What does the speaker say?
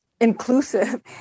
inclusive